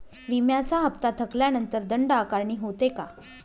विम्याचा हफ्ता थकल्यानंतर दंड आकारणी होते का?